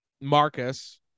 Marcus